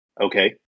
okay